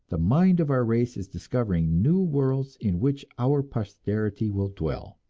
the mind of our race is discovering new worlds in which our posterity will dwell.